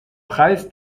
preis